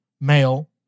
male